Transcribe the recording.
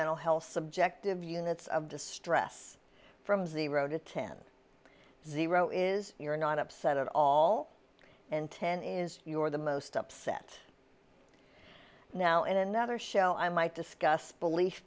mental health subjective units of distress from zero to ten zero is you're not upset at all and ten is you are the most upset now in another show i might discuss belief